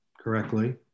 correctly